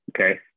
okay